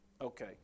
Okay